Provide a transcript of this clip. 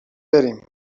بریم